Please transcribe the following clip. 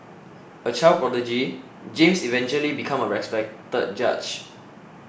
a child prodigy James eventually become a respected judge